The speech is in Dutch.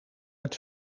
het